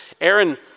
Aaron